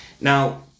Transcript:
Now